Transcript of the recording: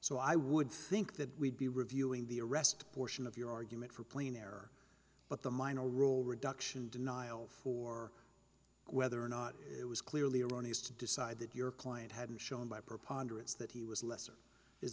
so i would think that we'd be reviewing the arrest portion of your argument for playing there but the minor rule reduction denial for whether or not it was clearly erroneous to decide that your client hadn't shown by preponderance that he was lesser is